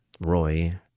Roy